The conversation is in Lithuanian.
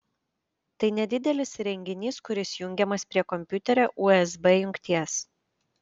tai nedidelis įrenginys kuris jungiamas prie kompiuterio usb jungties